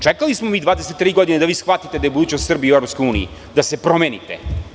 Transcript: Čekali smo mi 23 godine da vi shvatite da je budućnost Srbije u EU, da se promenite.